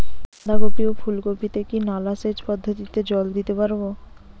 বাধা কপি ও ফুল কপি তে কি নালা সেচ পদ্ধতিতে জল দিতে পারবো?